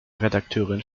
redakteurin